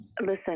listen